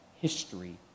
history